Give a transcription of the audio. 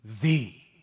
thee